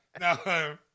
No